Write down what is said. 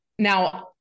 Now